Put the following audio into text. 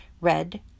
red